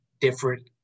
different